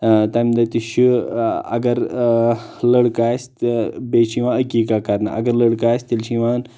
تمہِ دۄہ تہِ چھُ اگر لڑکہٕ آسہِ تہٕ بیٚیہِ چھِ یِوان أکیٖکا کرنہٕ اگر لڑکہٕ آسہِ تیٚلہِ چھِ یِوان